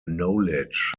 knowledge